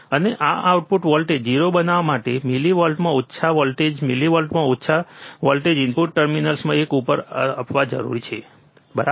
અને આ output voltage 0 બનાવવા માટે મિલિવોલ્ટમાં ઓછા વોલ્ટેજ મિલિવોલ્ટમાં ઓછા વોલ્ટેજ ઇનપુટ ટર્મિનલ્સમાંના એક ઉપર આપવા જરૂરી છે બરાબર